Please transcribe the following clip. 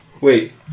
wait